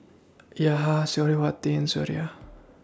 Suriawati and Suraya